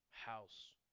house